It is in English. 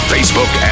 Facebook